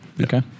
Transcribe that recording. okay